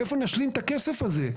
מאיפה נשלים את הכסף הזה?